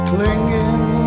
Clinging